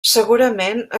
segurament